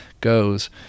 goes